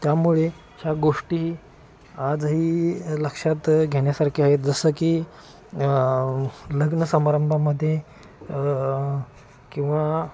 त्यामुळे ह्या गोष्टी आजही लक्षात घेण्यासारख्या आहेत जसं की लग्न समारंभामध्ये किंवा